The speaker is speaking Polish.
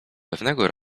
pewnego